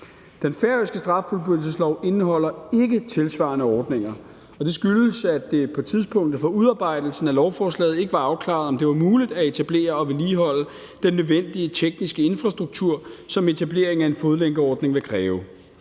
Den færøske straffuldbyrdelseslov indeholder ikke tilsvarende ordninger, og det skyldes, at det på tidspunktet for udarbejdelsen af lovforslaget ikke var afklaret, om det var muligt at etablere og vedligeholde den nødvendige tekniske infrastruktur, som etableringen af en fodlænkeordning vil kræve.